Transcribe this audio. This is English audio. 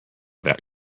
that